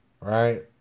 right